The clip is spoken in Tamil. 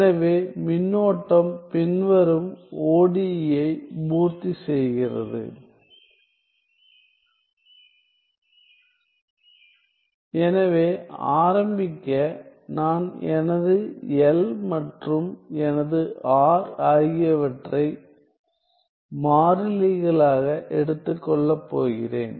எனவே மின்னோட்டம் பின்வரும் ODE ஐ பூர்த்தி செய்கிறது எனவே ஆரம்பிக்க நான் எனது L மற்றும் எனது R ஆகியவற்றை மாறிலிகளாக எடுத்துக்கொள்ளப் போகிறேன்